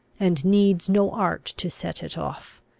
and needs no art to set it off.